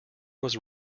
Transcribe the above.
was